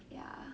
ya